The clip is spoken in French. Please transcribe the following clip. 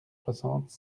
soixante